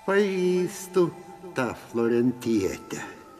pažįstu tą florentietę